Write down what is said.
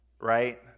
right